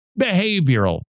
behavioral